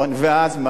ואז מה?